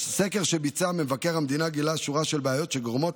הסקר שביצע מבקר המדינה גילה שורה של בעיות שגורמות